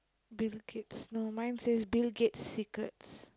Bill-Gates no mine says Bill-Gate's secrets